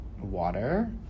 water